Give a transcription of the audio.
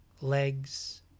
legs